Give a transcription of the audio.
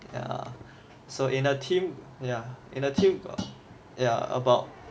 yeah so in a team yeah in a team or yeah about